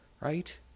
right